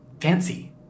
fancy